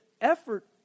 effort